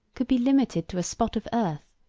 could be limited to a spot of earth,